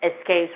Escapes